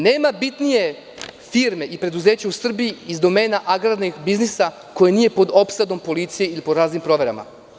Nema bitnije firme i preduzeća u Srbiji iz domena agrarnog biznisa koji nije pod opsadom policije ili pod opsadom raznih provera.